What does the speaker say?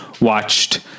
watched